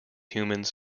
humans